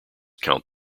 count